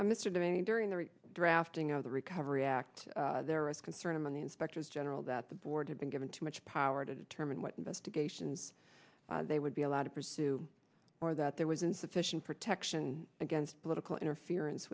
to many during the drafting of the recovery act there was concern among the inspectors general that the board had been given too much power to determine what investigations they would be allowed to pursue or that there was insufficient protection against political interference